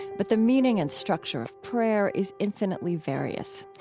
but the meaning and structure of prayer is infinitely various.